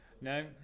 No